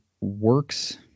works